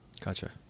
gotcha